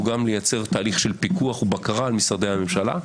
הוא גם לייצר תהליך של פיקוח ובקרה על משרדי הממשלה.